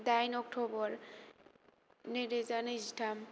दाइन अक्ट'बर नैरोजा नैजिथाम